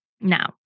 Now